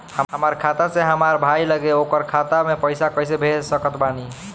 हमार खाता से हमार भाई लगे ओकर खाता मे पईसा कईसे भेज सकत बानी?